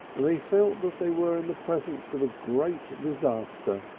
they felt that they were in the presence of a great disaster,